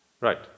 Right